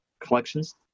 collections